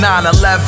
9-11